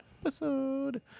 episode